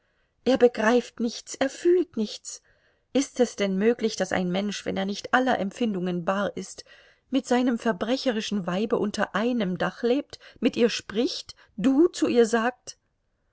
er begreift nichts er fühlt nichts ist es denn möglich daß ein mensch wenn er nicht aller empfindung bar ist mit seinem verbrecherischen weibe unter einem dache lebt mit ihr spricht du zu ihr sagt